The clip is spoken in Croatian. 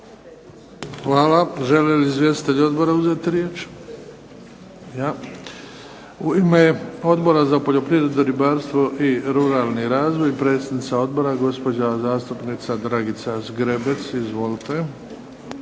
Hvala. Žele li izvjestitelji odbora uzeti riječ? Da. U ime Odbora za poljoprivredu, ribarstvo i ruralni razvoj, predsjednica Odbora gospođa zastupnica Dragica Zgrebec. Izvolite.